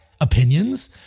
opinions